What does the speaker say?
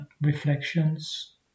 reflections